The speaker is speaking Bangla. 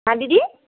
হ্যাঁ দিদি